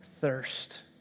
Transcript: thirst